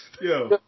Yo